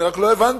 אני רק לא הבנתי